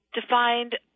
defined